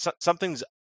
something's